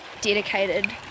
dedicated